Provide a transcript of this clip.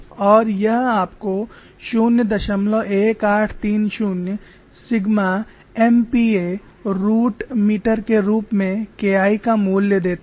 और यह आपको 01830 सिग्मा MPa रूट मीटर के रूप में K I का मूल्य देता है